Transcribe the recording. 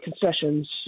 concessions